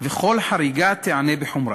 ושכל חריגה תיענה בחומרה,